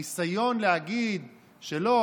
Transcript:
הניסיון להגיד שלא,